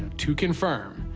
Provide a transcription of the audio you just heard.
to confirm,